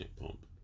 pump